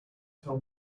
tell